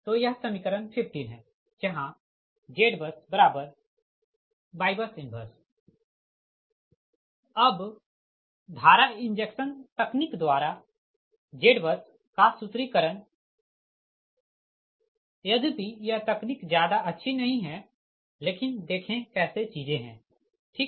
तो यह समीकरण 15 है जहाँ ZBUSYBUS 1 अब धारा इंजेक्शन तकनीक द्वारा ZBUS का सूत्रीकरण यधपि यह तकनीक ज्यादा अच्छी नही है लेकिन देखें कैसे चीजें है ठीक